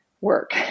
work